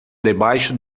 debaixo